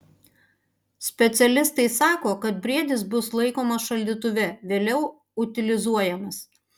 specialistai sako kad briedis bus laikomas šaldytuve vėliau utilizuojamas